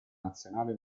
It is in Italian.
nazionale